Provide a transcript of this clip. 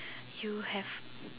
you have